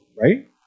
right